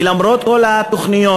ולמרות כל התוכניות,